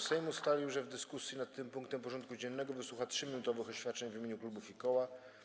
Sejm ustalił, że w dyskusji nad tym punktem porządku dziennego wysłucha 3-minutowych oświadczeń w imieniu klubów i koła.